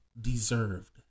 deserved